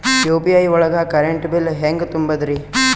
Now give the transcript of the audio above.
UPI ಒಳಗ current bill ಹೆಂಗ್ ತುಂಬದ್ರಿ?